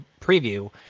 preview